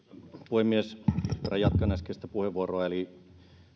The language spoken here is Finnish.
puhemies jatkan äskeistä puheenvuoroa eli